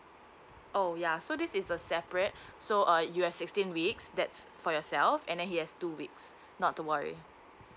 oh ya so this is a separate so uh you have sixteen weeks that's for yourself and then he has two weeks not to worry